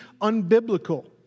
unbiblical